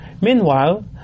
Meanwhile